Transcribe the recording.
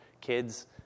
kids